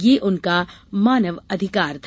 यह उनका मानवाधिकार था